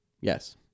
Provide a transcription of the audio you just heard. Yes